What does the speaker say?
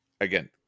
Again